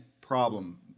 problem